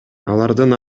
алардын